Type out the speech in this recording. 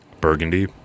burgundy